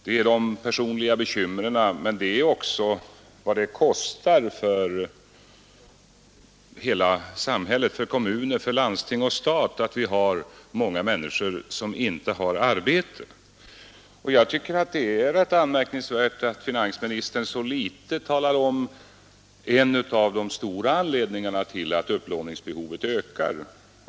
Det medför personliga bekymmer men också kostnader för hela samhället — för kommuner, landsting och stat — att många människor är arbetslösa. Jag tycker att det är anmärkningsvärt att finansministern så litet talat om en av de stora anledningarna till att upplåningsbehovet ökar.